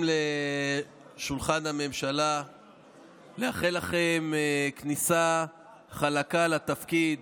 בשולחן הממשלה ולאחל לכם כניסה חלקה לתפקיד.